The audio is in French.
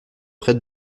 près